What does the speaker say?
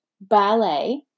ballet